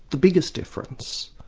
the biggest difference.